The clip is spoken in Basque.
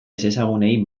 ezezagunei